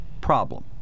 problem